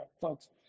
folks